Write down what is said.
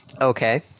okay